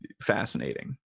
fascinating